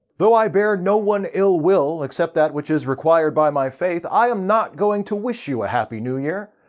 though i bear no one ill will, except that which is required by my faith, i am not going to wish you a happy new year,